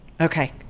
Okay